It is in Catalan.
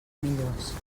millors